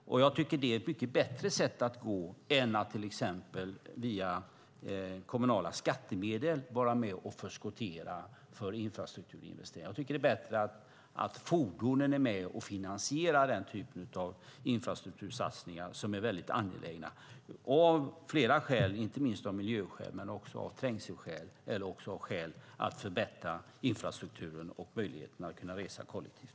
Det är bättre än att till exempel via kommunala skattemedel förskottera infrastrukturinvesteringar. Det är bättre att fordonen är med och finansierar denna typ av angelägna infrastruktursatsningar, inte minst av miljöskäl men också av trängselskäl och för att förbättra infrastrukturen och möjligheten att kunna resa kollektivt.